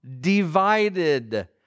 divided